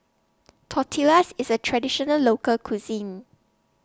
Tortillas IS A Traditional Local Cuisine